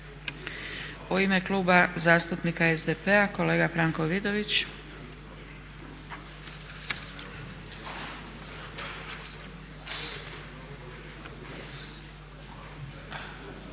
U ime Kluba zastupnika SDP-a kolega Franko Vidović.